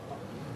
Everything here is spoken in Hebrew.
נכון.